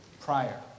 prior